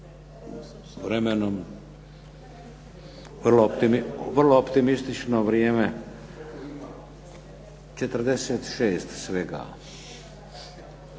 vremenom vrlo optimistično vrijeme. 46 svega.